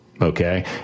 Okay